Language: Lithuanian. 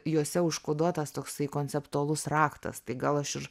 jose užkoduotas toksai konceptualus raktas tai gal aš ir